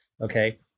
okay